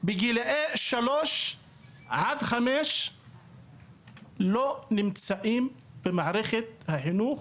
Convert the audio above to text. בגילי 3 5 לא נמצאים במערכת החינוך,